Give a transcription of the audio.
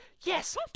Yes